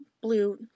blue